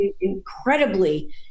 incredibly